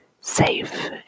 safe